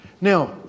Now